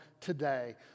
today